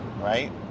right